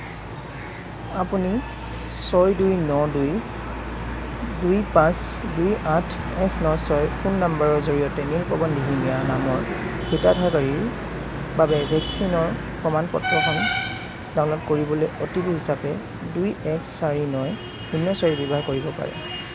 আপুনি ছয় দুই ন দুই দুই পাঁচ দুই আঠ এক ন ছয় ফোন নম্বৰৰ জৰিয়তে নীলপৱন দিহিঙীয়া নামৰ হিতাধাকাৰীৰ বাবে ভেকচিনৰ প্ৰমাণ পত্ৰখন ডাউনলোড কৰিবলৈ অ' টি পি হিচাপে দুই এক চাৰি ন শূন্য চাৰি ব্যৱহাৰ কৰিব পাৰে